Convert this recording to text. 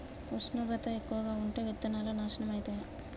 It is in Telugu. ఉష్ణోగ్రత ఎక్కువగా ఉంటే విత్తనాలు నాశనం ఐతయా?